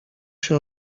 się